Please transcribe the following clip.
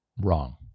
wrong